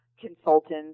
consultants